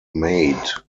made